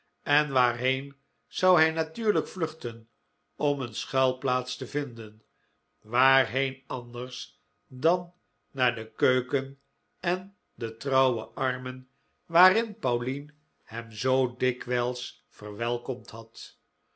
en waarheen zou hij natuurlijk vluchten om een schuilplaats te vinden waarheen anders dan naar de keuken en de trouwe armen waarin pauline hem zoo dikwijls verwelkomd had